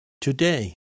today